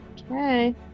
Okay